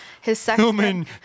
Human